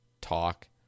talk